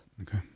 Okay